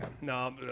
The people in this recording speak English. No